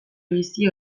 bizi